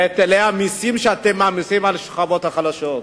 להיטלי המסים שאתם מעמיסים על השכבות החלשות,